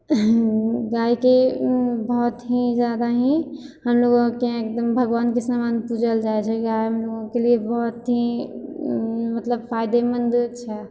गाइके बहुत ही ज्यादा ही हमलोकके यहाँ एकदम भगवानके समान पूजल जाए छै गाइ हम लोकके लिए बहुत ही मतलब फायदेमन्द छै